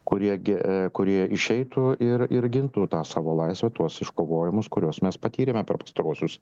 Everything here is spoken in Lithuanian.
kurie gi kurie išeitų ir ir gintų tą savo laisvę tuos iškovojimus kuriuos mes patyrėme per pastaruosius